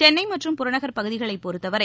சென்னை மற்றும் புறநகர் பகுதிகளைப் பொறுத்தவரை